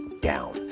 down